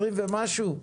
20 ומשהו,